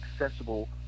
accessible